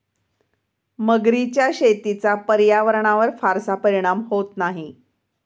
मगरीच्या शेतीचा पर्यावरणावर फारसा परिणाम होत नाही